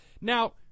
Now